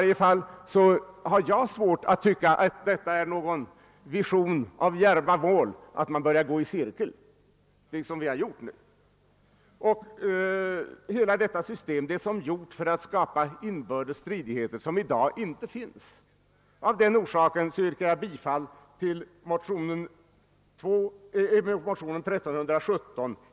Jag kan inte tycka att det är att sträva mot djärva mål att börja gå i cirkel, som vi nu gjort. Hela detta system är som gjort för att skapa inbördes stridigheter som i dag inte finns. Av den orsaken yrkar jag bifall till motionen II: 1317.